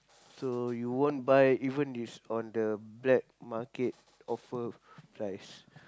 so you won't buy even it's on the black market offer price